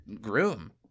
groom